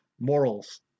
morals